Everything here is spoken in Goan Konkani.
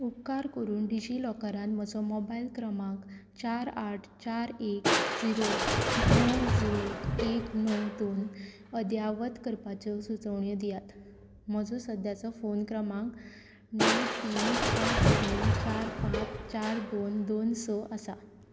उपकार करून डिजिलॉकरांत म्हजो मोबायल क्रमांक चार आठ चार एक जिरो णव जिरो एक णव दोन अद्यावत करपाच्यो सुचोवण्यो दियात म्हजो सद्याचो फोन क्रमांक णव तीन पांच तीन चार पांच चार दोन दोन स आसा